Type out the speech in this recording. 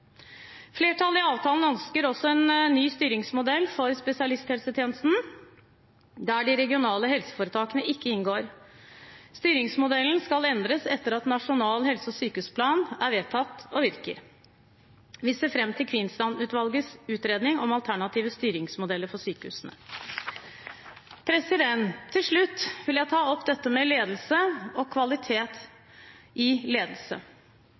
Flertallet i avtalen ønsker også en ny styringsmodell for spesialisthelsetjenesten der de regionale helseforetakene ikke inngår. Styringsmodellen skal endres etter at Nasjonal helse- og sykehusplan er vedtatt og virker. Vi ser fram til Kvinnsland-utvalgets utredning om alternative styringsmodeller for sykehusene. Til slutt vil jeg ta opp ledelse og kvalitet i ledelse.